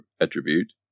attribute